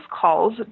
calls